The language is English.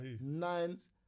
Nines